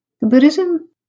Buddhism